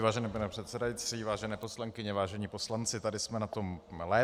Vážený pane předsedající, vážené poslankyně, vážení poslanci, tady jsme na tom lépe.